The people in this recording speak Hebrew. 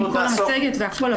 עם כל המצגת והכל,